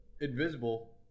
Invisible